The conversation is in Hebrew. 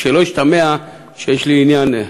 שלא ישתמע שיש לי עניין.